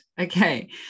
okay